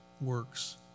works